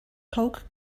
coke